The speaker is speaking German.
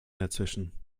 dazwischen